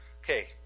Okay